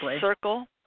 circle